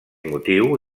motiu